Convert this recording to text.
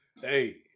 hey